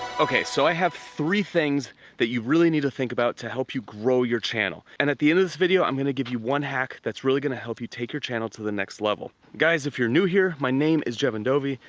okay, so i have three things that you really need to think about to help you grow your channel. and at the end of this video, i'm gonna give you one hack that's really gonna help you take your channel to the next level. guys, if you're new here, my name is jeven dovey,